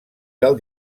del